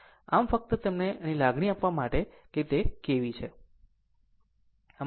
આમ ફક્ત તમને એવી લાગણી આપવા માટે કે તે કેવી છે